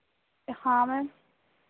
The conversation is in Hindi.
हाँ मैम